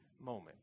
Moment